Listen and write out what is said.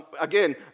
Again